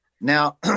Now